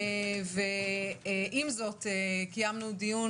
עם זאת, קיימנו דיון